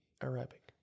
Arabic